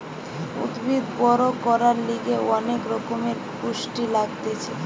উদ্ভিদ বড় করার লিগে অনেক রকমের পুষ্টি লাগতিছে